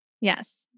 Yes